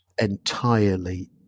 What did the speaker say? entirely